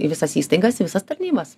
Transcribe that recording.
į visas įstaigas į visas tarnybas